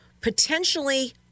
potentially